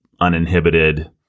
uninhibited